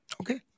Okay